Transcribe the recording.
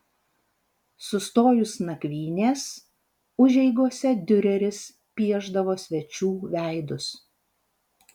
sustojus nakvynės užeigose diureris piešdavo svečių veidus